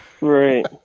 Right